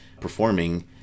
performing